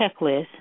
checklist